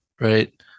right